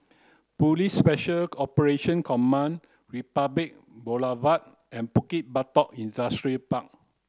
Police Special Operation Command Republic Boulevard and Bukit Batok Industrial